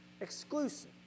exclusive